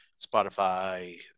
Spotify